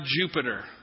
Jupiter